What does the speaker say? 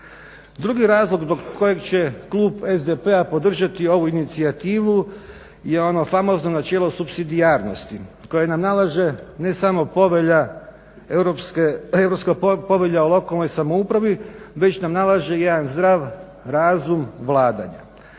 Drugi razlog zbog kojeg će klub SDP-a podržati ovu inicijativu je ono famozno načelo supsidijarnosti koje nam nalaže ne samo Europska povelja o lokalnoj samoupravi već nam nalaže jedan zdrav razum vladanja.